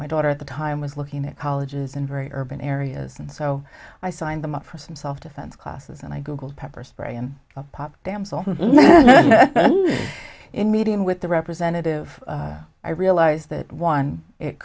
my daughter at the time was looking at colleges in very urban areas and so i signed them up for some self defense classes and i googled pepper spray and popped damsel in meeting with the representative i realized that on